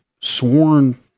sworn